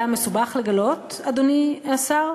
היה מסובך לגלות, אדוני השר?